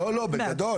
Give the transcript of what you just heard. לא, בגדול.